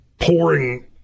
pouring